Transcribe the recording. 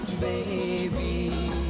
baby